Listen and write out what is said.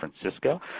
Francisco